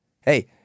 Hey